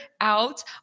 out